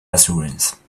assurance